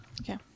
Okay